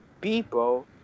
people